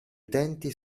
utenti